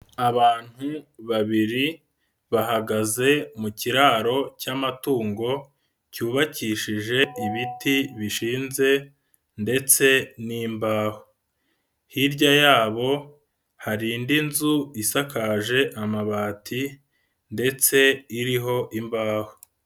Abantu babiri bahagaze mu kiraro cy'amatungo cyubakishije ibiti bishinze ndetse n'imbaho, hirya yabo hari indi nzu isakaje amabati ndetse iriho imbaho.